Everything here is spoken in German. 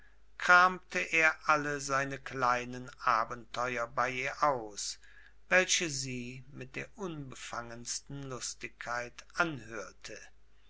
kramte er alle seine kleinen abenteuer bei ihr aus welche sie mit der unbefangensten lustigkeit anhörte